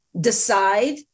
decide